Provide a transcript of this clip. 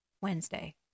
Wednesday